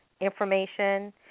information